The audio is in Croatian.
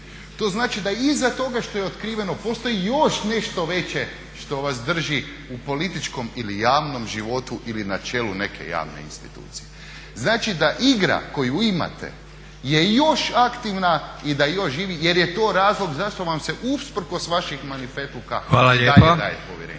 To znači da je iza toga što je otkriveno postoji još nešto veće što vas drži u političkom ili javnom životu ili na čelu neke javne institucije. Znači da igra koju imate je još aktivna i da još živi jer je to razlog zašto vam se usprkos vaših manifetluka i dalje daje povjerenje